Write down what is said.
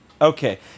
Okay